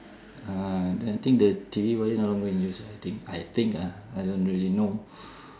ah I think the T_V wire no longer in use I think I think ah I don't really know